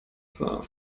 paar